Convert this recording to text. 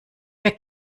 wer